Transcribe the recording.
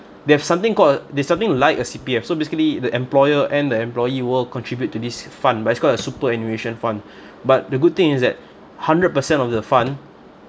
they have something called a they have something like a C_P_F so basically the employer and the employee will contribute to this fund but it's called a superannuation fund but the good thing is that hundred percent of the fund